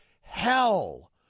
hell